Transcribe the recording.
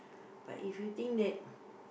but if you think that